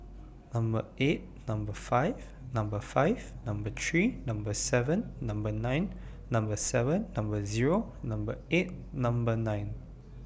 Number eight Number five Number five Number three Number seven Number nine Number seven Number Zero Number eight Number nine